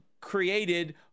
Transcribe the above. created